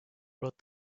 wrote